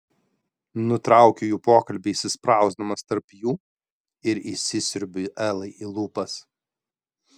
nutraukiu jų pokalbį įsisprausdamas tarp jų ir įsisiurbiu elai į lūpas